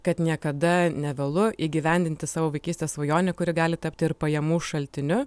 kad niekada nevėlu įgyvendinti savo vaikystės svajonių kuri gali tapti ir pajamų šaltiniu